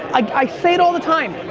i say it all the time.